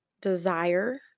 desire